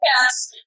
Yes